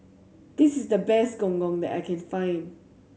this is the best Gong Gong that I can find